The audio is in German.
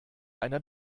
einer